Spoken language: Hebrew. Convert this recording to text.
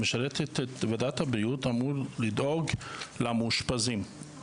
ועדת הבריאות אמורה לדאוג למאושפזים,